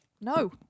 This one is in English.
no